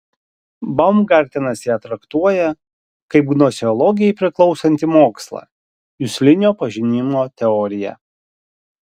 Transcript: baumgartenas ją traktuoja kaip gnoseologijai priklausantį mokslą juslinio pažinimo teoriją